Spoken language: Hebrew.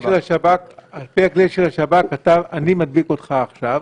על פי הכלי של השב"כ, אני מדביק אותך עכשיו.